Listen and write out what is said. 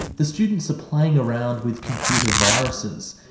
the students are playing around with computer viruses,